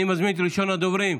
אני מזמין את ראשון הדוברים,